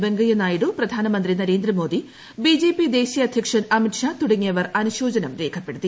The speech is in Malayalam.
വെങ്കയ്യനായിഡു പ്രധാനമന്ത്രി നരേന്ദ്രമോദി ബിജെപി ദേശീയ അദ്ധ്യക്ഷൻ അമിത് ഷാ തുടങ്ങിയവർ അനുശോചനം രേഖപ്പെടുത്തി